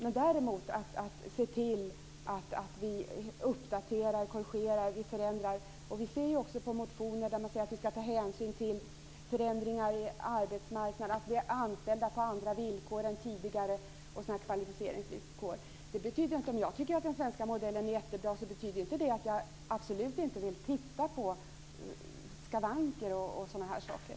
Däremot måste man se till att vi uppdaterar, korrigerar och förändrar. Vi ser också motioner där man säger att man skall ta hänsyn till förändringar på arbetsmarknaden, att vi är anställda på andra villkor än tidigare och andra sådana kvalificeringsvillkor. Om jag tycker att den svenska modellen är jättebra betyder inte det att jag absolut inte vill titta på skavanker och sådana saker.